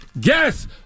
Guess